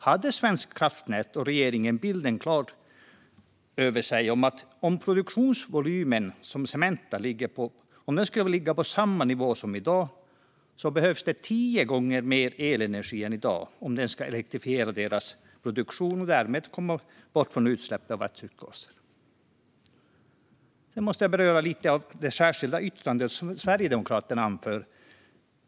Jag undrar om Svenska kraftnät och regeringen hade bilden klar för sig: Om Cementas produktionsvolym skulle ligga på samma nivå som i dag behövs det tio gånger mer elenergi än i dag om deras produktion ska elektrifieras och de därmed ska komma bort från utsläpp av växthusgaser. Sedan måste jag beröra det särskilda yttrande som Sverigedemokraterna har.